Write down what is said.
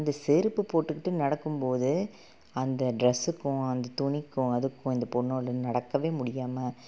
அந்த செருப்பு போட்டுக்கிட்டு நடக்கும் போது அந்த டிரெஸ்ஸுக்கும் அந்த துணிக்கும் அதுக்கும் இந்த பொண்ணால் நடக்கவே முடியாமல்